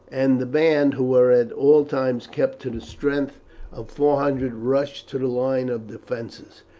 and the band, who were at all times kept to the strength of four hundred, rushed to the line of defences.